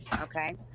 Okay